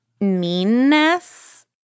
meanness